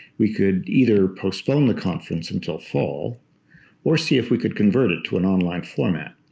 we could either postpone the conference until fall or see if we could convert it to an online format.